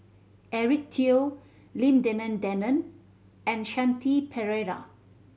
Eric Teo Lim Denan Denon and Shanti Pereira